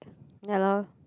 ya lor